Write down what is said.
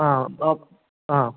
ആ ഓ ആ